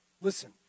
Listen